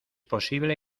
posible